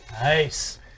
Nice